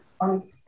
on